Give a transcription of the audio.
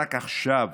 רק עכשיו